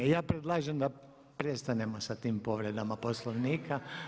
I ja predlažem da prestanemo sa tim povredama Poslovnika.